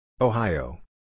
Ohio